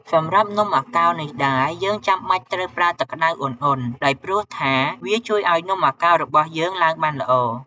សម្រាប់នំអាកោរនេះដែរ យើងចំបាច់ត្រូវប្រើទឹកក្ដៅឧណ្ហៗ ដោយព្រោះថា វាជួយឲ្យនំអាកោររបស់យើងឡើងបានល្អ។